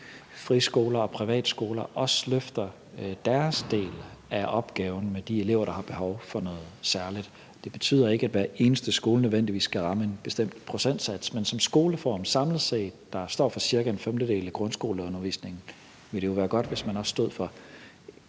friskoler og privatskoler også løfter deres del af opgaven med de elever, der har behov for noget særligt. Det betyder ikke, at hver eneste skole nødvendigvis skal ramme en bestemt procentsats, men som skoleform samlet set, der står for cirka en femtedel af grundskoleundervisningen, ville det jo være godt, hvis man også stod for